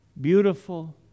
beautiful